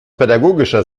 pädagogischer